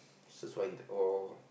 search for into oh